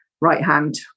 right-hand